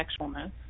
sexualness